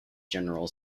general